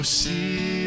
see